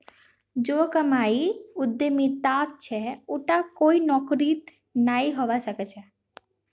जो कमाई उद्यमितात छ उटा कोई नौकरीत नइ हबा स ख छ